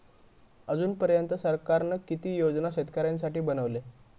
अजून पर्यंत सरकारान किती योजना शेतकऱ्यांसाठी बनवले?